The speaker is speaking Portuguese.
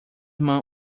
irmã